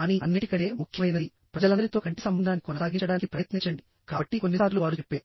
కానీ అన్నింటికంటే ముఖ్యమైనది ప్రజలందరితో కంటి సంబంధాన్ని కొనసాగించడానికి ప్రయత్నించండికాబట్టి కొన్నిసార్లు వారు చెప్పే